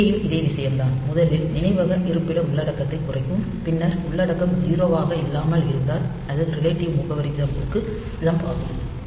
இங்கேயும் இதே விஷயம் தான் முதலில் நினைவக இருப்பிட உள்ளடக்கத்தைக் குறைக்கும் பின்னர் உள்ளடக்கம் 0 ஆக இல்லாமல் இருந்தால் அது ரிலேட்டிவ் முகவரிக்கு ஜம்ப் ஆகும்